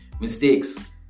mistakes